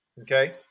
okay